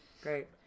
great